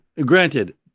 Granted